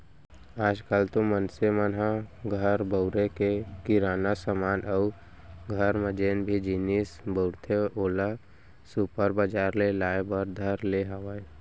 आज काल तो मनसे मन ह घर बउरे के किराना समान अउ घर म जेन भी जिनिस बउरथे ओला सुपर बजार ले लाय बर धर ले हावय